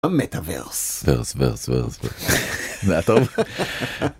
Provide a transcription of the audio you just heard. המטאוורס. וורס, וורס, וורס... זה היה טוב?